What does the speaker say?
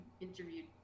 interviewed